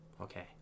Okay